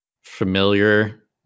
familiar